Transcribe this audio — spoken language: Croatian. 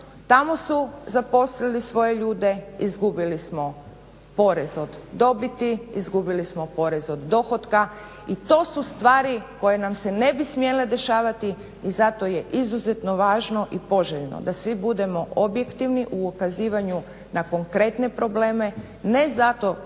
tamo su zaposlili svoje ljude, izgubili smo porez od dobiti, izgubili smo porez od dohotka. I to su stvari koje nam se ne bi smjele dešavati i zato je izuzetno važno i poželjno da svi budemo objektivni u ukazivanju na konkretne probleme, ne zato